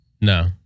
No